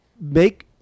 Make